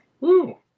Woo